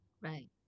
Right